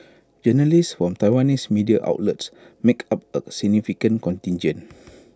journalists from Taiwanese media outlets make up A significant contingent